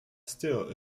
still